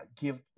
give